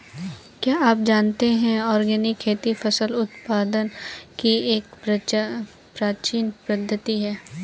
क्या आप जानते है ऑर्गेनिक खेती फसल उत्पादन की एक प्राचीन पद्धति है?